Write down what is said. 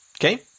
Okay